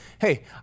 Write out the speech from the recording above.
hey